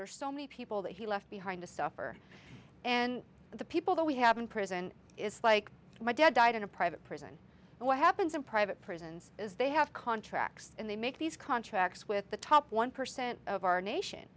are so many people that he left behind to suffer and the people that we have in prison it's like my dad died in a private prison and what happens in private prisons is they have contracts and they make these contracts with the top one percent of our nation